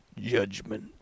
Judgment